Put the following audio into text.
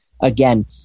again